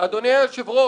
אדוני היושב-ראש,